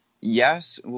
yes